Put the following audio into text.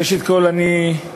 ראשית, אני מצטרף